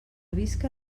visca